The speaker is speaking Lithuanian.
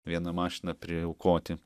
vieną mašiną priaukoti